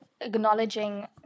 acknowledging